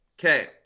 Okay